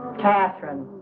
catherine.